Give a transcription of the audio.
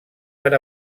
per